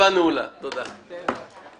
הצבעה בעד 2 נגד אין נמנעים אין הצעת החוק